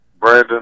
Brandon